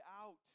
out